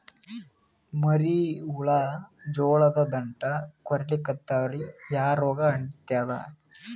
ಮರಿ ಹುಳ ಜೋಳದ ದಂಟ ಕೊರಿಲಿಕತ್ತಾವ ರೀ ಯಾ ರೋಗ ಹತ್ಯಾದ?